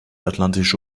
atlantische